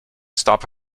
stop